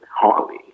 Harley